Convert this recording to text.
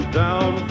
down